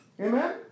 Amen